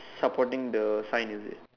supporting the sign is it